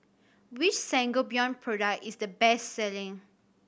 which Sangobion product is the best selling